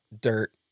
dirt